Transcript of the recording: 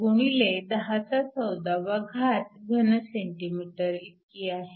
17 x 1014 cm3 इतकी आहे